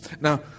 Now